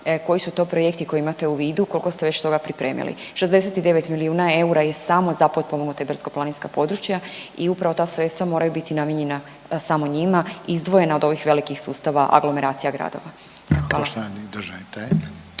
koji su to projekti koji imate u vidu, koliko ste već toga pripremili? 69 milijuna eura je samo za potpomognute brdsko-planinska područja i upravo ta sredstva moraju biti namijenjena samo njima izdvojena od ovih velikih sustava aglomeracija gradova.